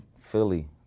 Philly